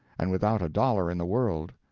and without a dollar in the world,